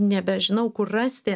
nebežinau kur rasti